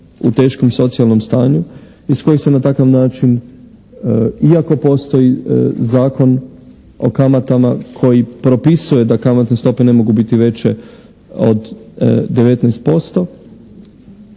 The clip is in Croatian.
u teškom socijalnom stanju iz kojeg se na takav način iako postoji Zakon o kamatama koji propisuje da kamatne stope ne mogu biti veće od 19%